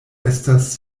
estas